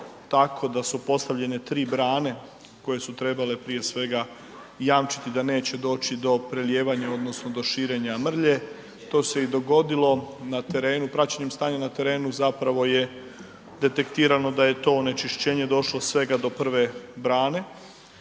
tako da su postavljene 3 brane koje su trebale prije svega jamčiti da neće doći do prelijevanja odnosno do širenja mrlje, to se i dogodilo na terenu. Praćenjem stanja na terenu zapravo je detektirano da je to onečišćenje došlo svega do prve brane,